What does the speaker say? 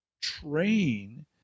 train